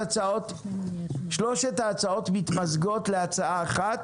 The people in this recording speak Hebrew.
שלוש ההצעות מתמזגות להצעה אחת,